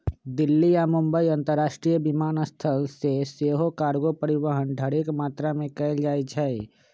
दिल्ली आऽ मुंबई अंतरराष्ट्रीय विमानस्थल से सेहो कार्गो परिवहन ढेरेक मात्रा में कएल जाइ छइ